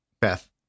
Beth